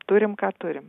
turim ką turim